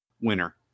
winner